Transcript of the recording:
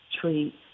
treat